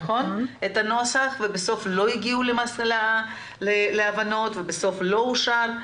הנוסח ובסוף לא הגיעו להבנות והוא לא אושר.